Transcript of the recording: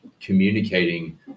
communicating